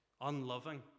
unloving